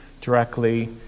directly